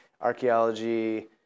archaeology